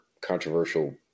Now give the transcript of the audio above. controversial